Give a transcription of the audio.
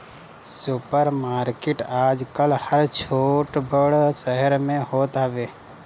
super market आजकल हर छोट बड़ शहर में होत हवे